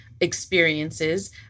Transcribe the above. experiences